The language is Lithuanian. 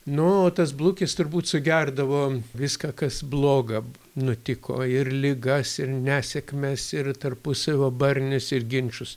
nu o tas blukis turbūt sugerdavo viską kas bloga nutiko ir ligas ir nesėkmes ir tarpusavio barnius ir ginčus